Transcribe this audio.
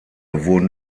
wurden